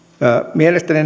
mielestäni